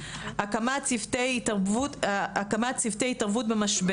הקמת צוותי התערבות במשבר,